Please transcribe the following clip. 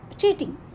cheating